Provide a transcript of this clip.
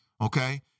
Okay